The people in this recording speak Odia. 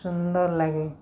ସୁନ୍ଦର ଲାଗେ